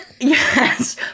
Yes